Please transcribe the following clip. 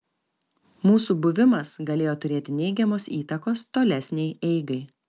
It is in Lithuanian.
mūsų buvimas galėjo turėti neigiamos įtakos tolesnei eigai